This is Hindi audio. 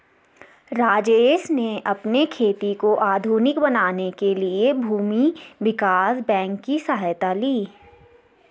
राजेश ने अपनी खेती को आधुनिक बनाने के लिए भूमि विकास बैंक की सहायता ली